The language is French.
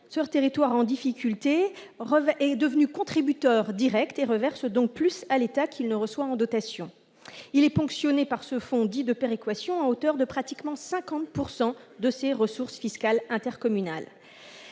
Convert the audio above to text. ce territoire en difficulté est devenu contributeur net au Fonds et reverse donc plus à l'État qu'il n'en reçoit de dotations. Il est ainsi ponctionné par ce fonds dit « de péréquation » à hauteur de pratiquement 50 % de ses ressources fiscales intercommunales.